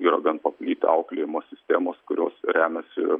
yra gan paplitę auklėjimo sistemos kurios remiasi